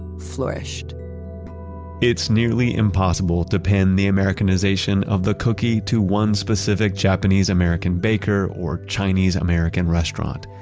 flourished it's nearly impossible to pin the americanization of the cookie to one specific japanese-american baker or chinese-american restaurant.